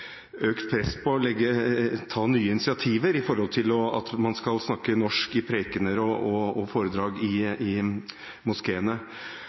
økt press på, ta nye initiativ til, at man skal snakke norsk i prekener og foredrag i